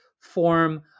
form